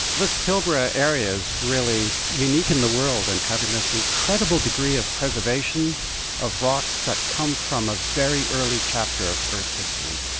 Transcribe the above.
this pilbara area is really unique in the world in and having this incredible degree of preservation of rocks that come from a very early chapter of earth history.